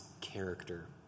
character